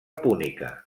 púnica